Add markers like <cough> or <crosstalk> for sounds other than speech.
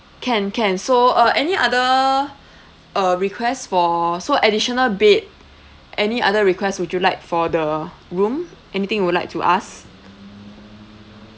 can can so uh any other <breath> uh requests for so additional bed any other request would you like for the room anything you would like to ask